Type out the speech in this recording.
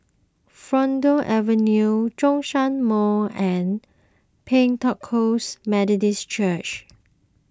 Fulton Avenue Zhongshan Mall and Pentecost Methodist Church